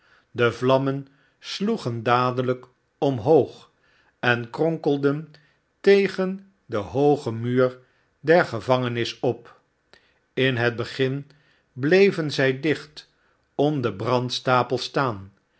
de vlammen sloegen dadelijk omhoog en kronkelden tegen den hoogen muur der gevangenis op in het begin bleven zij dicht om den brandstapel staan